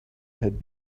had